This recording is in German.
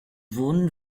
wohnen